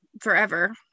forever